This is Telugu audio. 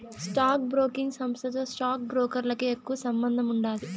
స్టాక్ బ్రోకింగ్ సంస్థతో స్టాక్ బ్రోకర్లకి ఎక్కువ సంబందముండాది